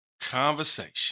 conversation